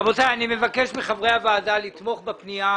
רבותיי, אני מבקש מחברי הוועדה לתמוך בפנייה